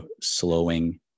slowing